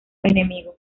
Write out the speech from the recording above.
enemigo